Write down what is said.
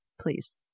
please